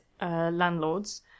landlords